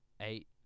eight